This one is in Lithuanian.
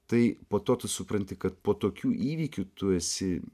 tai po to tu supranti kad po tokių įvykių tu esi